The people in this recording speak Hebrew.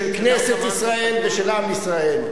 של כנסת ישראל ושל עם ישראל.